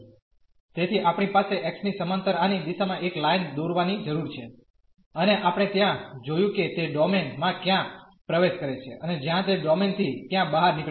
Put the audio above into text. તેથી આપણે અહીં x ની સમાંતર આની દિશામાં એક લાઇન દોરવાની જરૂર છે અને આપણે ત્યાં જોયું કે તે ડોમેન માં ક્યાં પ્રવેશ કરે છે અને જ્યાં તે ડોમેન થી ક્યાં બહાર નીકળે છે